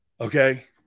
okay